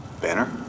Banner